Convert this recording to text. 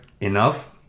enough